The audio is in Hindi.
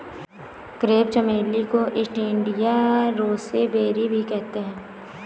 क्रेप चमेली को ईस्ट इंडिया रोसेबेरी भी कहते हैं